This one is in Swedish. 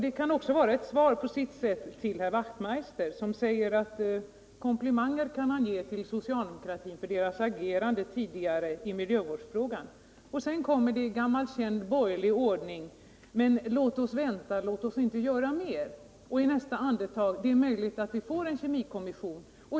Det kan också vara ett svar på sitt sätt till Hans Wachtmeister, som säger att man kan ge komplimanger till socialdemokratin för dess agerande tidigare i miljövårdsfrågan. Men sedan kommer det i gammal känd borgerlig ordning: Men låt oss vänta, låt oss inte göra mer! Och så i nästa andetag: Det är möjligt att vi får en kemikommission.